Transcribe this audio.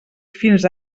fins